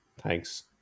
Thanks